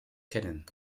kennen